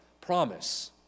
Promise